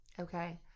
Okay